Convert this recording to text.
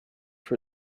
for